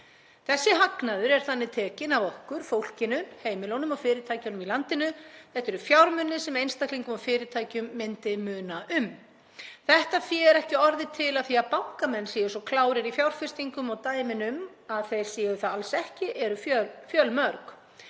Þessi hagnaður er þannig tekinn af okkur, fólkinu, heimilunum og fyrirtækjunum í landinu. Þetta eru fjármunir sem einstaklinga og fyrirtæki myndi muna um. Þetta fé er ekki orðið til af því að bankamenn séu svo klárir í fjárfestingum og dæmin um að þeir séu það alls ekki eru fjölmörg.